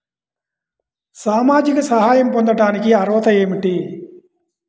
సామాజిక సహాయం పొందటానికి అర్హత ఏమిటి?